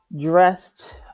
dressed